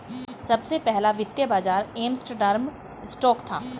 सबसे पहला वित्तीय बाज़ार एम्स्टर्डम स्टॉक था